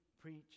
preach